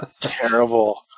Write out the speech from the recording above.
Terrible